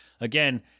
again